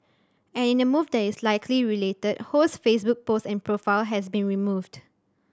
and in a move that is likely related Ho's Facebook post and profile has been removed